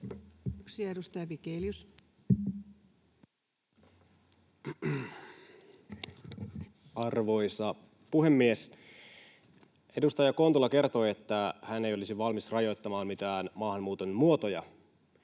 Time: 18:14 Content: Arvoisa puhemies! Edustaja Kontula kertoi, että hän ei olisi valmis rajoittamaan mitään maahanmuuton muotoja.